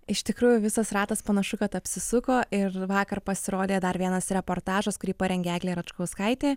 iš tikrųjų visas ratas panašu kad apsisuko ir vakar pasirodė dar vienas reportažas kurį parengė eglė račkauskaitė